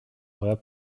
vrai